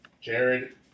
Jared